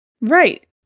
right